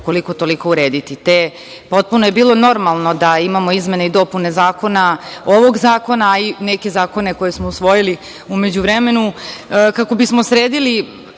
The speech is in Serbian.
koliko-toliko urediti. Te potpuno je bilo normalno da imamo izmene i dopune ovog zakona, a i neke zakone koje smo usvojili u međuvremenu kako bismo sredili